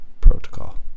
protocol